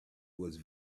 was